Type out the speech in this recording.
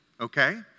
okay